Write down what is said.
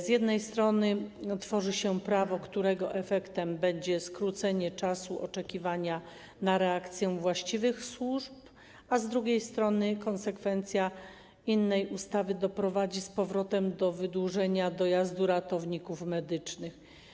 Z jednej strony tworzy się prawo, którego efektem będzie skrócenie czasu oczekiwania na reakcję właściwych służb, a z drugiej strony konsekwencja uchwalenia innej ustawy z powrotem doprowadzi do wydłużenia dojazdu ratowników medycznych.